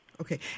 Okay